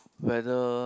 whether